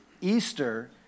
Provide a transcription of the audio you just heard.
Easter